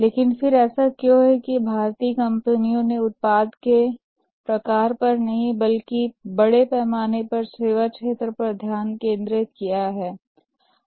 लेकिन फिर ऐसा क्यों है कि भारतीय कंपनियों ने उत्पाद के प्रकार पर नहीं बल्कि बड़े पैमाने पर सेवा क्षेत्र पर ध्यान केंद्रित किया है